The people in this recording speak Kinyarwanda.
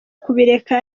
kubireka